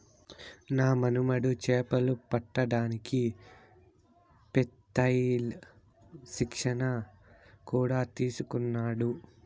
నా మనుమడు చేపలు పట్టడానికి పెత్తేల్ శిక్షణ కూడా తీసుకున్నాడు